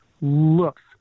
looks